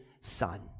son